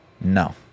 No